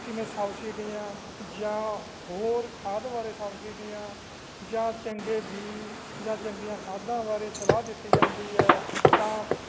ਕਿਵੇਂ ਸਬਸਿਡੀਆਂ ਜਾਂ ਹੋਰ ਖਾਦ ਬਾਰੇ ਸਬਸਿਡੀਆਂ ਜਾਂ ਚੰਗੇ ਬੀਜ ਜਾਂ ਚੰਗੀਆਂ ਖਾਦਾਂ ਬਾਰੇ ਸਲਾਹ ਦਿੱਤੀ ਜਾਂਦੀ ਹੈ ਤਾਂ